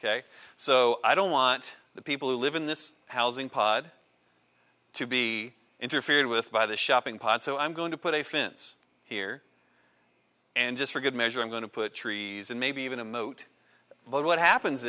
ok so i don't want the people who live in this housing pod to be interfered with by the shopping pot so i'm going to put a fence here and just for good measure i'm going to put trees in maybe even a moat but what happens